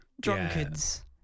drunkards